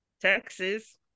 texas